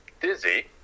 dizzy